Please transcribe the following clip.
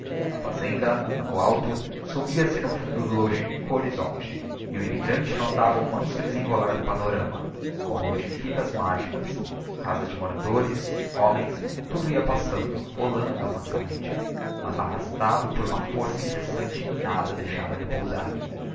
a fazenda lá no alto sumia-se no fundo do longínquo horizonte o immigrante notava o manso desenrolar do panorama como o de fitas magicas casas de moradores homens tudo ia passando rolando mansamente mas arrastado por uma força incessante que nada deixava repousar